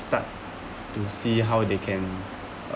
start to see how they can